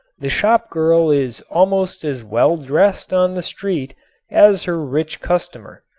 the shopgirl is almost as well dressed on the street as her rich customer.